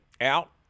out